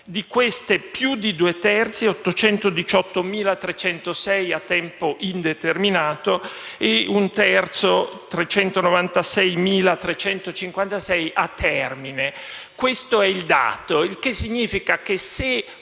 Di queste, più di due terzi (818.306) a tempo determinato ed un terzo (396.356) a termine. Questo è il dato. E questo significa che se